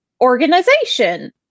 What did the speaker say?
organization